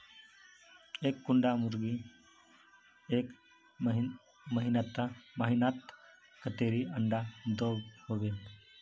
एक कुंडा मुर्गी एक महीनात कतेरी अंडा दो होबे?